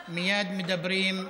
מייד מדברים,